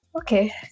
Okay